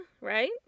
Right